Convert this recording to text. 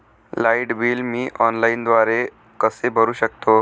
Light bill मी ऑनलाईनद्वारे कसे भरु शकतो?